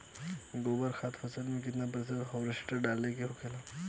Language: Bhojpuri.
गोबर खाद फसल में कितना प्रति हेक्टेयर डाले के होखेला?